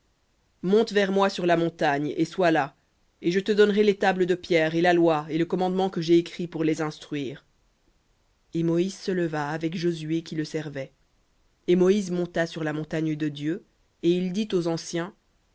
monte vers moi sur la montagne et sois là et je te donnerai les tables de pierre et la loi et le commandement que j'ai écrits pour les instruire et moïse se leva avec josué qui le servait et moïse monta sur la montagne de dieu et il dit aux anciens